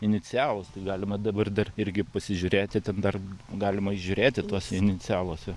inicialus tai galima dabar dar irgi pasižiūrėti ten dar galima įžiūrėti tuos inicialus jo